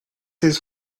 his